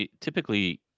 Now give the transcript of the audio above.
typically